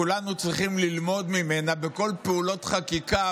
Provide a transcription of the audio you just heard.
כולנו צריכים ללמוד ממנה בכל פעולת חקיקה